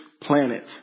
planet